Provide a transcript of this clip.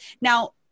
Now